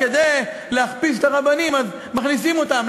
כדי להכפיש את הרבנים אז מכניסים אותם,